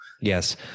Yes